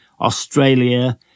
Australia